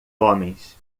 homens